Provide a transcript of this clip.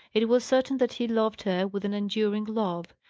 it was certain that he loved her with an enduring love.